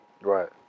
right